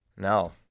No